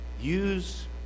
Use